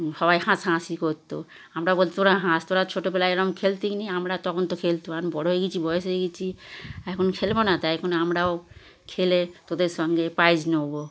সবাই হাসাহাসি করত আমরা বল তোরা হাস তোরা ছোটোবেলায় এরম খেলতে নি আমরা তখন তো খেলতাম এখন বড়ো হয়ে গেছি বয়স হয়ে গেছি এখন খেলবো না তাই এখন আমরাও খেলে তোদের সঙ্গে প্রাইজ নেব